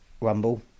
Rumble